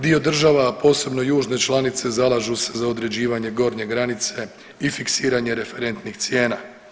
Dio država, a posebno južne članice zalažu se za određivanje gornje granice i fiksiranje referentnih cijena.